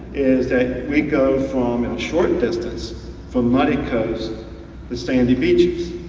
is that we go from in short distance from muddy coast to sandy beaches.